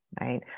right